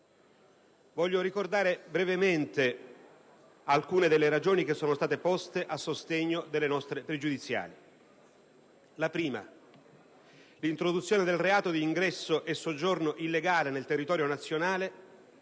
Voglio ricordare brevemente alcune delle ragioni poste a sostegno delle nostre pregiudiziali. In primo luogo, l'introduzione del reato di ingresso e soggiorno illegale nel territorio nazionale,